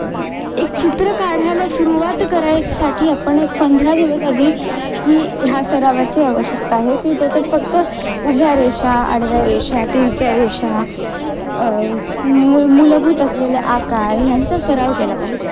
एक चित्र काढायला सुरुवात करायसाठी आपण एक पंधरा दिवसआधी ही ह्या सरावाची आवश्यकता आहे की ज्याच्यात फक्त उभ्या रेषा आडव्या रेषा तिरक्या रेषा मु मुलभूत असलेले आकार ह्यांचा सराव केला पाहिजे